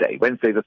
Wednesday